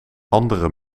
andere